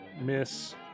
miss